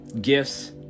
gifts